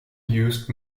used